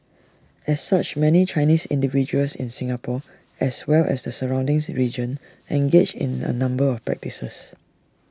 as such many Chinese individuals in Singapore as well as the surroundings region engage in A number of practices